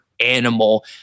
animal